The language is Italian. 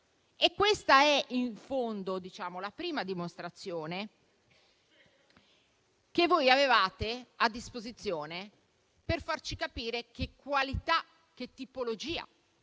Questa è, in fondo, la prima dimostrazione che avevate a disposizione per farci capire che qualità e che tipologia